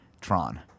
Tron